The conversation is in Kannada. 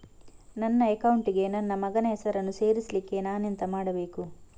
ನನ್ನ ಅಕೌಂಟ್ ಗೆ ನನ್ನ ಮಗನ ಹೆಸರನ್ನು ಸೇರಿಸ್ಲಿಕ್ಕೆ ನಾನೆಂತ ಮಾಡಬೇಕು?